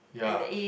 ya